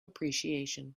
appreciation